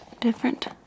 different